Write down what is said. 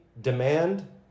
demand